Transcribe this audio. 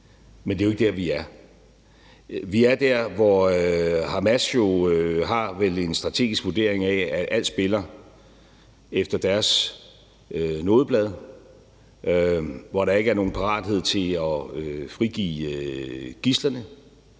Men det er jo ikke der, vi er. Vi er der, hvor Hamas jo vel har en strategisk vurdering af, at alt spiller efter deres nodeblad, hvor der ikke er nogen parathed til at frigive gidslerne,